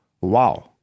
Wow